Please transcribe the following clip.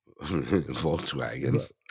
Volkswagen